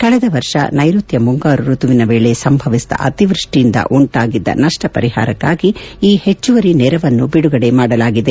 ಕಳೆದ ವರ್ಷ ನೈಋತ್ಯ ಮುಂಗಾರು ಋತುವಿನ ವೇಳೆ ಸಂಭವಿಸಿದ ಅತಿವೃಷ್ಷಿಯಿಂದ ಉಂಟಾಗಿದ್ದ ನಷ್ಟ ಪರಿಪಾರಕ್ಕಾಗಿ ಈ ಪೆಚ್ಚುವರಿ ನೆರವನ್ನು ಬಿಡುಗಡೆ ಮಾಡಲಾಗಿದೆ